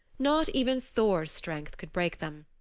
not even thor's strength could break them.